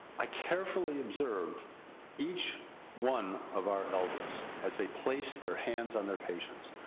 i carefully observed each one of our elders, as they placed their hands on their patients.